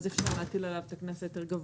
אפשר להטיל עליו את הקנס היותר גבוה.